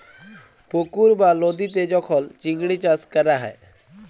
পুকুর বা লদীতে যখল চিংড়ি চাষ ক্যরা হ্যয়